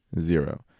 zero